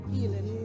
Healing